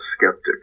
skeptic